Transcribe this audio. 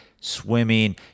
swimming